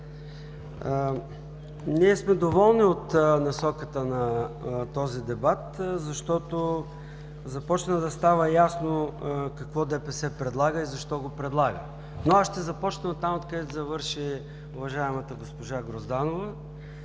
Ние сме доволни от насоката на този дебат, защото започна да става ясно какво ДПС предлага и защо го предлага. Аз ще започна оттам, откъдето завърши, уважаемата госпожа Грозданова,